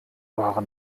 waren